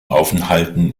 aufenthalten